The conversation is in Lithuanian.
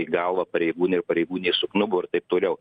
į galvą pareigūnė ir pareigūnė suknubo ir taip toliau